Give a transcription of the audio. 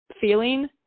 feeling